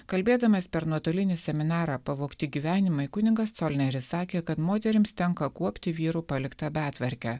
kalbėdamas per nuotolinį seminarą pavogti gyvenimai kunigas colineris sakė kad moterims tenka kuopti vyrų paliktą betvarkę